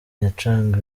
yacaga